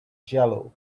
jello